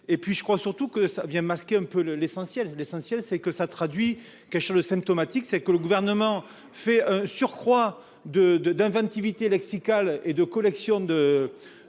et puis je crois surtout que ça vient masquer un peu le l'essentiel, l'essentiel c'est que ça traduit quelque chose de symptomatique, c'est que le gouvernement fait surcroît de de d'inventivité lexicale et de collection de